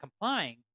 complying